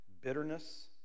bitterness